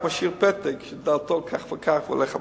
רק משאיר פתק שדעתו כך וכך והולך הביתה,